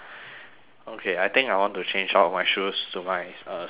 okay I think I want to change out of my shoes to my uh slippers